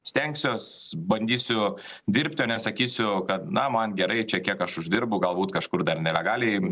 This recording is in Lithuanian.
stengsiuos bandysiu dirbti o ne sakysiu kad na man gerai čia kiek aš uždirbu galbūt kažkur dar nelegaliai